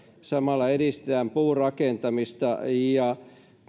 samalla edistetään puurakentamista ja